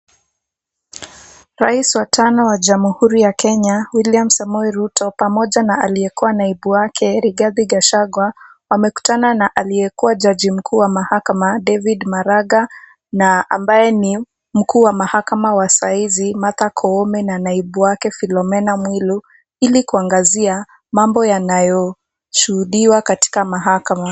Rais wa tano wa Jamhuri ya Kenya, William Samoi Ruto, pamoja na aliyekuwa naibu wake, Rigathi Gachagwa, wamekutana na aliyekuwa jaji mkuu wa mahakama, David Maraga, na ambaye ni mkuu wa mahakama wa saa hizi, Martha Koome, na naibu wake, Philomena Mwilu. Ili kuangazia mambo yanayoshuhudiwa katika mahakama.